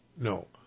no